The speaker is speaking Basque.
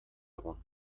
egun